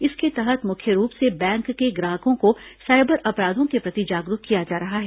इसके तहत मुख्य रूप से बैंक के ग्राहकों को साइबर अपराधों के प्रति जागरूक किया जा रहा है